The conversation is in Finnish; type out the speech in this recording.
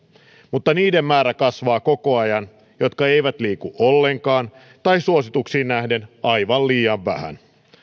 mutta niiden määrä kasvaa koko ajan jotka eivät liiku ollenkaan tai suosituksiin nähden aivan liian vähän